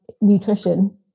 nutrition